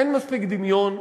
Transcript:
אין מספיק דמיון,